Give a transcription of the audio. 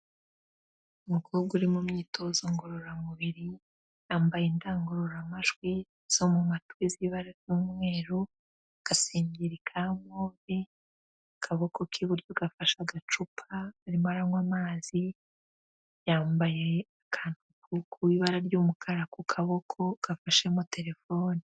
Umukobwa uri mu myitozo ngororamubiri yambaye indangururamajwi zo mu matwi z'ibara ry'umweru, agasengeri ka move, akaboko k'iburyo gafashe agacupa, arimo aranywa amazi, yambaye akantu k'ibara ry'umukara ku kaboko gafashemo telefone.